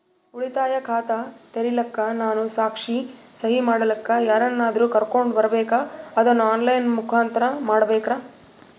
ಉಳಿತಾಯ ಖಾತ ತೆರಿಲಿಕ್ಕಾ ನಾನು ಸಾಕ್ಷಿ, ಸಹಿ ಮಾಡಲಿಕ್ಕ ಯಾರನ್ನಾದರೂ ಕರೋಕೊಂಡ್ ಬರಬೇಕಾ ಅದನ್ನು ಆನ್ ಲೈನ್ ಮುಖಾಂತ್ರ ಮಾಡಬೇಕ್ರಾ?